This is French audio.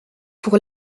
pour